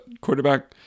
quarterback